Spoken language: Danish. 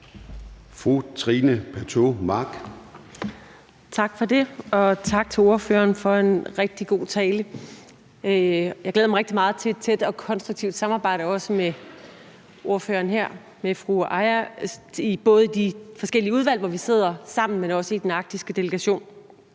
Tak for det, og tak til ordføreren for en rigtig god tale. Jeg glæder mig også rigtig meget til et tæt og konstruktivt samarbejde med ordføreren, fru Aaja Chemnitz, både i de forskellige udvalg, hvor vi sidder sammen, men også i den arktiske delegation